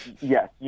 yes